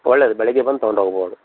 ಒಳ್ಳೆದು ಬೆಳಿಗ್ಗೆ ಬಂದು ತಗೊಂಡು ಹೋಗ್ಬೋದು